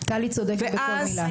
טלי צודקת בכל מילה.